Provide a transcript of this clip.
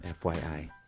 fyi